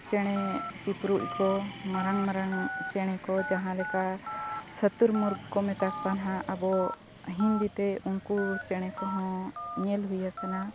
ᱪᱮᱬᱮ ᱪᱤᱯᱨᱩᱫ ᱠᱚ ᱢᱟᱨᱟᱝ ᱢᱟᱨᱟᱝ ᱪᱮᱬᱮ ᱠᱚ ᱡᱟᱦᱟᱸ ᱞᱮᱠᱟ ᱥᱟᱹᱛᱩᱨ ᱢᱩᱨᱜ ᱠᱚ ᱢᱮᱛᱟ ᱠᱚᱣᱟ ᱦᱟᱸᱜ ᱟᱵᱚ ᱦᱤᱱᱫᱤᱛᱮ ᱩᱱᱠᱩ ᱪᱮᱬᱮ ᱠᱚᱦᱚᱸ ᱧᱮᱞ ᱦᱩᱭ ᱟᱠᱟᱱᱟ